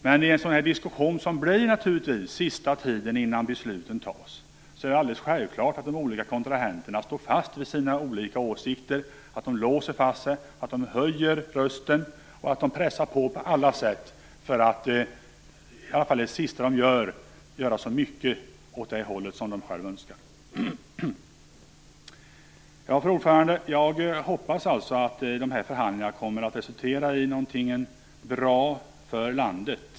Men i en sådan här diskussion som naturligtvis kommer sista tiden innan besluten fattas är det alldeles självklart att de olika kontrahenterna står fast vid sina olika åsikter, låser fast sig, höjer rösten och pressar på på alla sätt för att, som det sista de gör, göra så mycket de kan för att vrida diskussionen åt det håll de själva önskar. Fru talman! Jag hoppas att förhandlingarna kommer att resultera i någonting bra för landet.